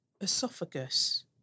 esophagus